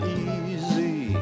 easy